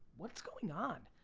what's going on?